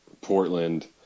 Portland